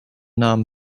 nahm